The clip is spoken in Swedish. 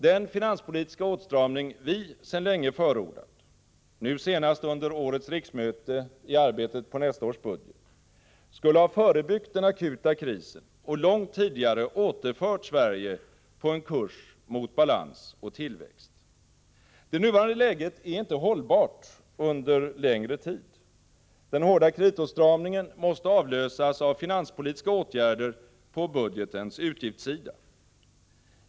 Den finanspolitiska åtstramning som vi sedan länge förordat — nu senast under årets riksmöte i arbetet på nästa års budget — skulle ha förebyggt den akuta krisen och långt tidigare återfört Sverige på en kurs mot balans och tillväxt. Det nuvarande läget är inte hållbart under längre tid. Den hårda kreditåtstramningen måste avlösas av finanspolitiska åtgärder på budgetens utgiftssida.